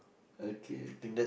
okay okay